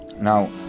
Now